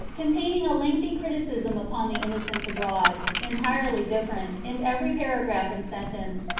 containing a lengthy criticism upon the innocents abroad, entirely different, in every paragraph and sentence,